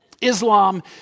Islam